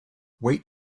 weight